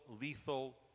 lethal